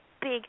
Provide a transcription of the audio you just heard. big